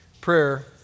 prayer